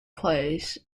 place